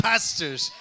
Pastors